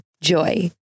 JOY